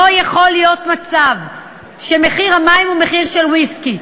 לא יכול להיות מצב שמחיר המים הוא מחיר של ויסקי.